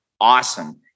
Awesome